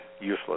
useless